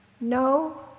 No